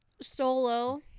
Solo